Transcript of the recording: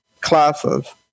classes